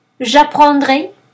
J'apprendrai